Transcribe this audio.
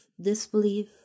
disbelief